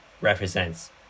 represents